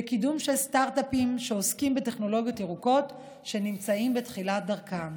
בקידום של סטרטאפים שעוסקים בטכנולוגיות ירוקות שנמצאים בתחילת דרכם.